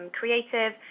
creative